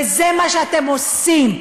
וזה מה שאתם עושים.